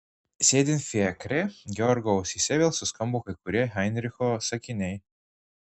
sėdint fiakre georgo ausyse vėl suskambo kai kurie heinricho sakiniai